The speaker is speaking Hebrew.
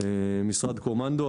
משרד קומנדו.